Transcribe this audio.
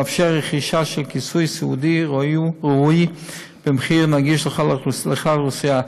המאפשר רכישה של כיסוי סיעודי ראוי במחיר נגיש לכלל האוכלוסייה.